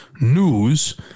news